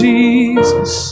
Jesus